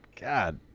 god